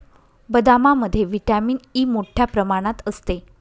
बदामामध्ये vitamin E मोठ्ठ्या प्रमाणात असते